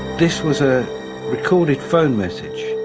this was a recorded phone message.